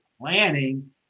planning